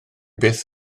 byth